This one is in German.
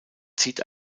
zieht